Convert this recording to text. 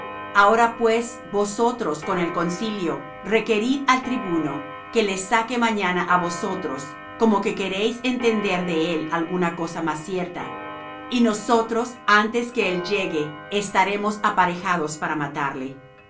ahora pues vosotros con el concilio requerid al tribuno que le saque mañana á vosotros como que queréis entender de él alguna cosa más cierta y nosotros antes que él llegue estaremos aparejados para matarle